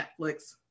Netflix